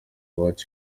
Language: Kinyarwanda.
what